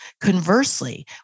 Conversely